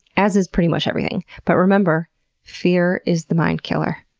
as is pretty much everything. but remember fear is the mind-killer.